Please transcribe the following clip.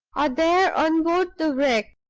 or there on board the wreck,